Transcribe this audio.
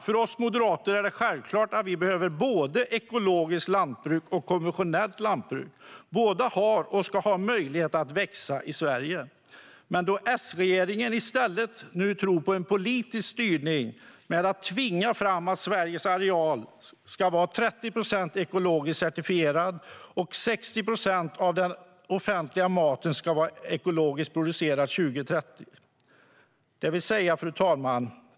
För oss moderater är det självklart att vi behöver både ekologiskt lantbruk och konventionellt lantbruk. Båda ska ha möjlighet att växa i Sverige. Men S-regeringen tror i stället på en politisk styrning genom att tvinga fram att Sveriges areal till 30 procent ska vara ekologiskt certifierad och att 60 procent av den offentliga maten ska vara ekologiskt producerad till 2030. Fru talman!